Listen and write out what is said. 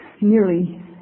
nearly